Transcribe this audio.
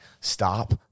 stop